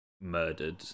murdered